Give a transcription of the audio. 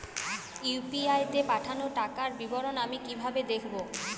UPI তে পাঠানো টাকার বিবরণ আমি কিভাবে দেখবো?